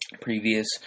previous